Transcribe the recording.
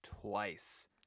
twice